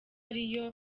ariyo